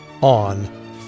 on